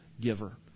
giver